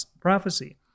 prophecy